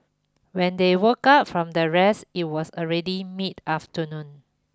when they woke up from their rest it was already mid afternoon